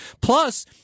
Plus